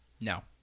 no